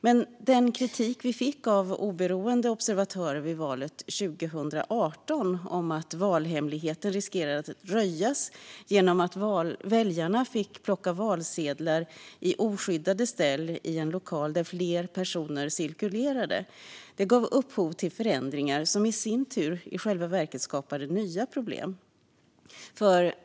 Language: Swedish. Men den kritik vi fick av oberoende observatörer vid valet 2018, mot att valhemligheten riskerade att röjas genom att väljarna fick plocka valsedlar i oskyddade ställ i en lokal där fler personer cirkulerade, gav upphov till förändringar som i sin tur i själva verket skapade nya problem.